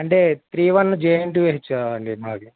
అంటే three one J N two H అండి మాది